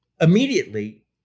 immediately